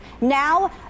Now